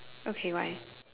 okay why